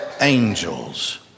angels